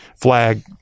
flag